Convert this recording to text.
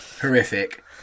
horrific